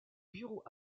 bureaux